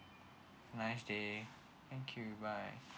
have a nice day thank you bye